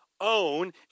own